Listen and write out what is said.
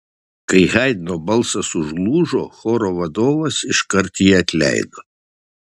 kai haidno balsas užlūžo choro vadovas iškart jį atleido